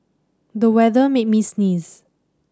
the weather made me sneeze